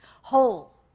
Whole